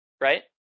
right